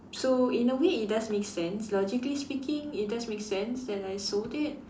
so in a way it does makes sense logically speaking it does makes sense that I sold it